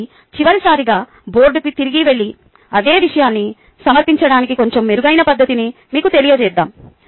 కాబట్టి చివరిసారిగా బోర్డుకి తిరిగి వెళ్లి అదే విషయాన్ని సమర్పించడానికి కొంచెం మెరుగైన పద్ధతిని మీకు తెలియజేద్దాం